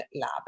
Lab